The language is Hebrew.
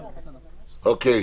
אוקיי.